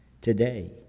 today